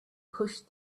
pushed